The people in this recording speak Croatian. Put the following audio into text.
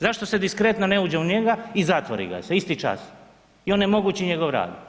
Zašto se diskretno ne uđe u njega i zatvori ga se, isti čas i onemogući njegov rad?